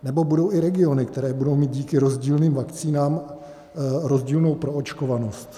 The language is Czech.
Nebo budou i regiony, které budou mít díky rozdílným vakcínám rozdílnou proočkovanost.